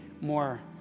more